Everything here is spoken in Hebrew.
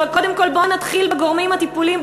אבל קודם כול בואו נתחיל בגורמים הטיפוליים.